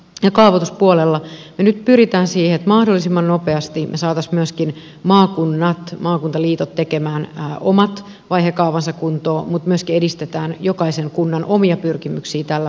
kaavoituspuolella me nyt pyrimme siihen että mahdollisimman nopeasti me saisimme myöskin maakunnat maakuntaliitot tekemään omat vaihekaavansa kuntoon mutta myöskin edistetään jokaisen kunnan omia pyrkimyksiä tällä puolella